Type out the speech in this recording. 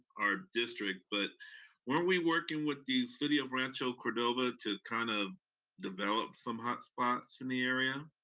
our district, but weren't we working with the city of rancho cordova to kind of develop some hot spots in the area,